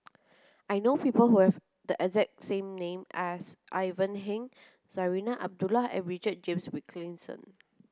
I know people who have the exact same name as Ivan Heng Zarinah Abdullah and Richard James Wilkinson